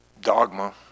dogma